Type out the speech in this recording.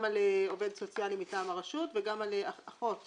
גם על עובד סוציאלי מטעם הרשות וגם על אחות או אח.